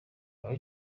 aho